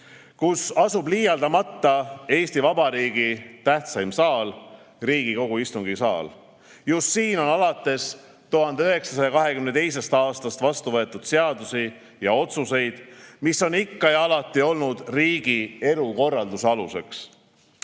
kus asub liialdamata Eesti Vabariigi tähtsaim saal–Riigikogu istungisaal. Just siin on alates 1922. aastast vastu võetud seaduseid ja otsuseid, mis on ikka ja alati olnud riigi elukorralduse aluseks. Head